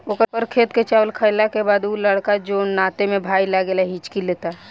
ओकर खेत के चावल खैला के बाद उ लड़का जोन नाते में भाई लागेला हिच्की लेता